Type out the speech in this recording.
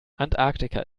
antarktika